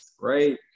right